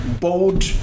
bold